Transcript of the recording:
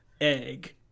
Egg